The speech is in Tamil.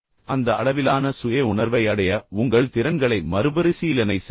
அந்த அளவிலான சுய உணர்வை அடைய உங்கள் திறன்களை மறுபரிசீலனை செய்யுங்கள்